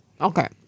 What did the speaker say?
Okay